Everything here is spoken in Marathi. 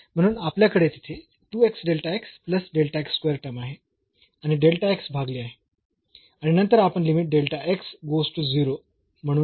म्हणून आपल्याकडे तिथे टर्म आहे आणि भागले आहे आणि नंतर आपण लिमिट म्हणून घेऊ